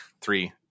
Three